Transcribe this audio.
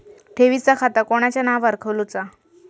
ठेवीचा खाता कोणाच्या नावार खोलूचा?